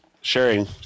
sharing